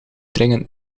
dringend